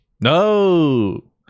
No